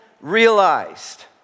realized